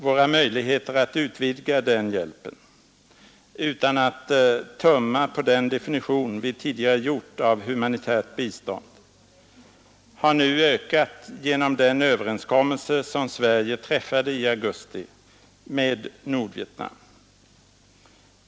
Våra möjligheter att utvidga den hjälpen — utan att tumma på den definition vi tidigare gjort av humanitärt bistånd har nu ökat genom den överenskommelse som Sverige träffade i augusti med Nordvietnam.